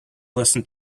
listen